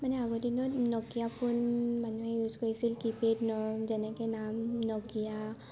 মানে আগৰ দিনত নকিয়া ফোন মানুহে ইউজ কৰিছিল কীপেড যেনেকৈ নাম নকিয়া